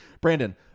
Brandon